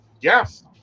Yes